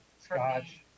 Scotch